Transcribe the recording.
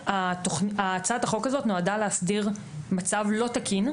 הצעת החוק הזו נועדה להסדיר מצב לא תקין,